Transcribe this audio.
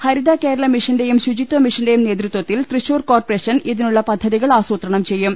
ഹരിത കേരള മിഷ്റ്റേയ്ും ശുചിത്വമിഷന്റേയും നേതൃത്വത്തിൽ തൃശ്ശൂർ കോർപ്പറേഷൻ ഇതിനുള്ള പദ്ധതികൾ ആസൂത്രണം ചെയ്യും